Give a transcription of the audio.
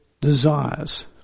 desires